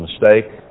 mistake